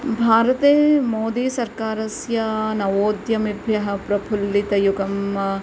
भारते मोदीसर्कारस्य नवोद्यमेभ्यः प्रफुल्लितयुगम्